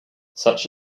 such